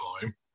time